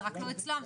זה רק לא אצלם.